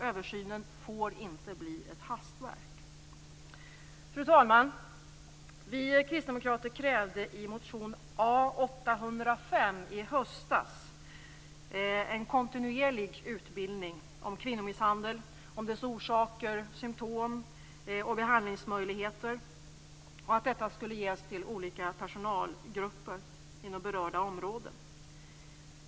Översynen får inte bli ett hastverk. Fru talman! Vi kristdemokrater krävde i motion A805 i höstas en kontinuerlig utbildning om kvinnomisshandel, dess orsaker, symtom och behandlingsmöjligheter för personalgrupper inom berörda områden.